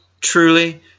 truly